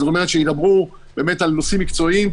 זאת אומרת שידברו באמת על נושאים מקצועיים,